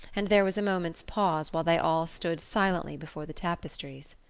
and there was a moment's pause while they all stood silently before the tapestries.